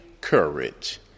courage